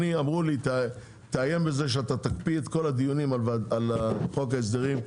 אמרו לי: תאיים בזה שאתה תקפיא את כל הדיונים על חוק ההסדרים,